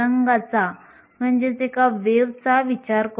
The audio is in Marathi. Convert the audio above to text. एकदा आपण हे आंतरिक अर्धवाहकांसाठी केले की आपण बाह्य अर्धवाहकांकडे पाहू